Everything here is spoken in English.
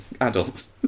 adults